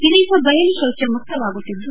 ಇದೀಗ ಬಯಲು ಶೌಚ ಮುಕ್ತ ವಾಗುತ್ತಿದ್ದು